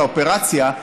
את האופרציה,